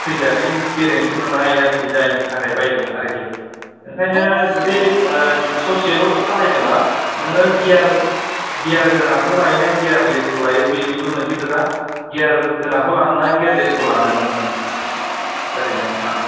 थैजासिम गेरेन्थि मोननो हायो आरखि जायनि थाखाय बायदों आरखि ओंखायनो जुदि बि ससेल' सालायदोंबा नोङो गियार गोनांखौ लायोना गियारलेसखौ लायो बेनिबो मोनसे खोथा गियार गोनांखौ लानोना गियारलेसखौ लानो नोङो ओरैनो सान